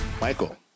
Michael